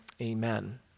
Amen